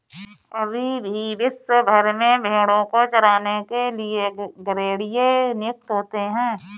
अभी भी विश्व भर में भेंड़ों को चराने के लिए गरेड़िए नियुक्त होते हैं